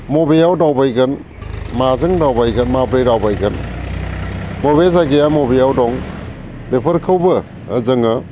मबेयाव दावबायगोन माजों दावबायगोन माब्रै दावबायगोन बबे जायगाया मबेयाव दं बेफोरखौबो जोङो